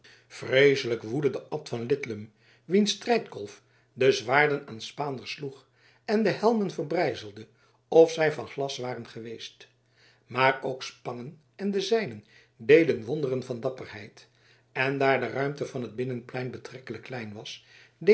vreeselijk woedde de abt van lidlum wiens strijdkolf de zwaarden aan spaanders sloeg en de helmen verbrijzelde of zij van glas waren geweest maar ook spangen en de zijnen deden wonderen van dapperheid en daar de ruimte van het binnenplein betrekkelijk klein was